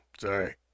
Sorry